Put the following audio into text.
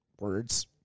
words